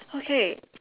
okay